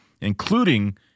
including